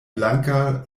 blanka